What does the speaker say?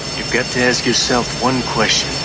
you've got to ask yourself one question.